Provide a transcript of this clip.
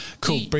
cool